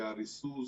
היה ---,